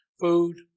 food